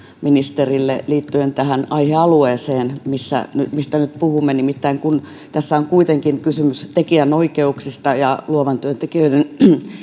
ministerille liittyen tähän aihealueeseen mistä nyt mistä nyt puhumme nimittäin kun tässä on kuitenkin kysymys tekijänoikeuksista ja luovan työn tekijöiden